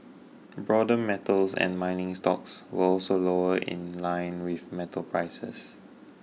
broader metals and mining stocks were also lower in line with metal prices